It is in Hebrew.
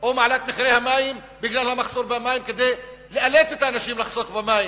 או מעלה את מחירי המים בגלל המחסור במים כדי לאלץ את האנשים לחסוך במים.